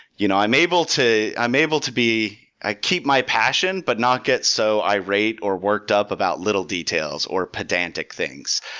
you know i'm able to i'm able to be i keep my passion, but not get so irate or worked up about little details, or pedantic things.